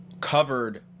covered